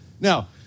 Now